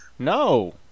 No